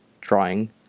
drawing